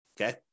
Okay